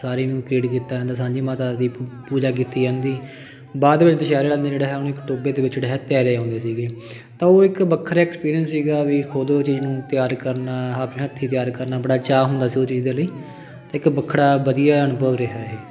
ਸਾਰੀ ਨੂੰ ਕ੍ਰੀਏਟ ਕੀਤਾ ਜਾਂਦਾ ਸਾਂਝੀ ਮਾਤਾ ਦੀ ਪੂਜਾ ਕੀਤੀ ਜਾਂਦੀ ਬਾਅਦ ਵਿੱਚ ਦੁਸਹਿਰੇ ਵਾਲੇ ਦਿਨ ਜਿਹੜਾ ਹੈ ਉਹਨੂੰ ਇੱਕ ਟੋਬੇ ਦੇ ਵਿੱਚ ਜਿਹੜਾ ਹੈ ਤੈਰੇ ਆਉਂਦੇ ਸੀਗੇ ਤਾਂ ਉਹ ਇੱਕ ਵੱਖਰਾ ਐਕਸਪੀਰੀਅੰਸ ਸੀਗਾ ਵੀ ਖੁਦ ਉਹ ਚੀਜ਼ ਨੂੰ ਤਿਆਰ ਕਰਨਾ ਆਪਣੇ ਹੱਥੀਂ ਤਿਆਰ ਕਰਨਾ ਬੜਾ ਚਾਅ ਹੁੰਦਾ ਸੀ ਉਹ ਚੀਜ਼ ਦੇ ਲਈ ਅਤੇ ਇੱਕ ਵੱਖਰਾ ਵਧੀਆ ਅਨੁਭਵ ਰਿਹਾ ਇਹ